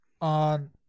on